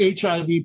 HIV